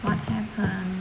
what happen